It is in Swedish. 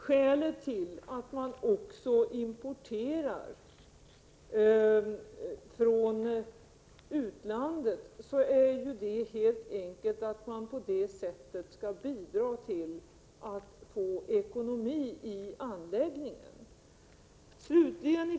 Skälet till att man också importerar avfall från utlandet är helt enkelt att man på det sättet skall bidra till att få ekonomi i anläggningen.